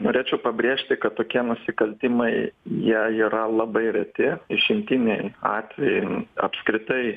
norėčiau pabrėžti kad tokie nusikaltimai jie yra labai reti išimtiniai atvejai apskritai